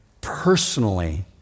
personally